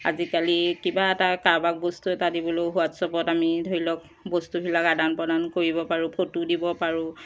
আজিকালি কিবা এটা কাৰোবাক বস্তু এটা দিবলৈয়ো হোৱাটছেপত আমি ধৰি লওক বস্তুবিলাক আদান প্ৰদান কৰিব পাৰোঁ ফটো দিব পাৰোঁ